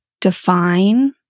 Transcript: define